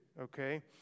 Okay